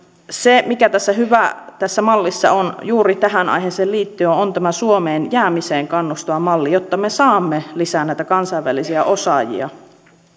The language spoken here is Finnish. se mikä tässä mallissa on hyvä juuri tähän aiheeseen liittyen on tämä suomeen jäämiseen kannustava malli jotta me saamme lisää näitä kansainvälisiä osaajia